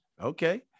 Okay